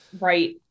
Right